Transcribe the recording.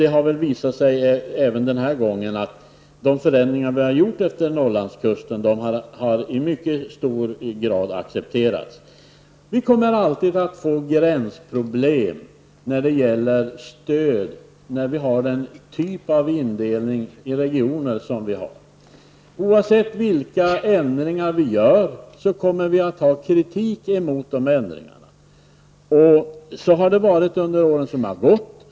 Det har visat sig även denna gång att de förändringar vi har gjort utmed Norrlandskusten i mycket stor grad har accepterats. Vid utbetalning av stöd kommer vi alltid att få gränsproblem i och med att vi har den typ av indelning i regioner som vi har. Ovavsett vilka ändringar vi gör kommer vi att få kritik för de ändringarna. Så har det varit under åren som har gått.